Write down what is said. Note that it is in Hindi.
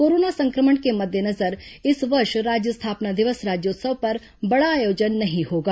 कोरोना सं क्र मण के मद्देनजर इस वर्ष राज्य स्थापना दिवस राज्योत्सव पर बड़ा आयोजन नहीं होगा